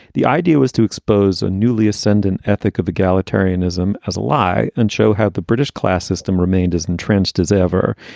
the idea was to expose a newly ascendant ethic of egalitarianism as a lie and show how the british class system remained as entrenched as ever.